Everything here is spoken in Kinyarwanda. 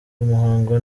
umuhango